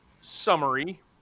summary